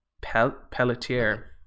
Pelletier